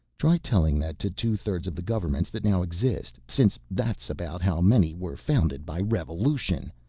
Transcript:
try telling that to two-thirds of the governments that now exist, since that's about how many were founded by revolution.